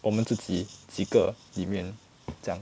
我们自己几个里面这样